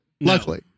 luckily